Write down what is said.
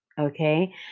Okay